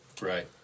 Right